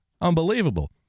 Unbelievable